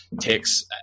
takes